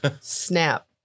Snap